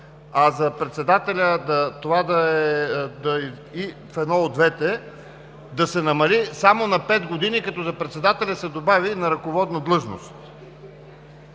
едно от двете да се намали само на пет години, като за председателя се добави „на ръководна длъжност“.